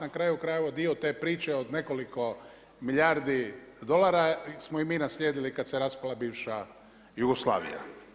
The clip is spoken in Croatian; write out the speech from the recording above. Na kraju krajeva dio te priče od nekoliko milijardi dolara smo i mi naslijedili kada se raspala bivša Jugoslavija.